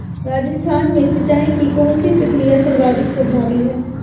राजस्थान में सिंचाई की कौनसी प्रक्रिया सर्वाधिक प्रभावी है?